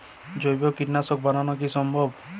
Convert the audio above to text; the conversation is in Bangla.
জৈব কীটনাশক বানানো কি সম্ভব?